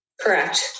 Correct